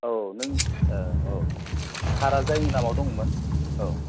औ नों औ कारआ जायनि नामाव दंमोन औ